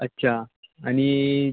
अच्छा आणि